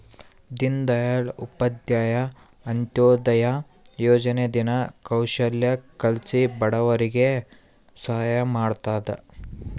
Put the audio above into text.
ದೀನ್ ದಯಾಳ್ ಉಪಾಧ್ಯಾಯ ಅಂತ್ಯೋದಯ ಯೋಜನೆ ದಿನ ಕೌಶಲ್ಯ ಕಲ್ಸಿ ಬಡವರಿಗೆ ಸಹಾಯ ಮಾಡ್ತದ